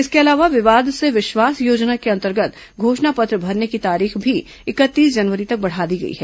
इसके अलावा विवाद से विश्वास योजना के अंतर्गत घोषणा पत्र भरने की तारीख भी इकतीस जनवरी तक बढ़ा दी गई है